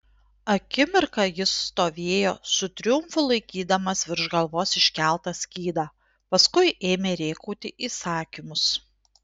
akimirką jis stovėjo su triumfu laikydamas virš galvos iškeltą skydą paskui ėmė rėkauti įsakymus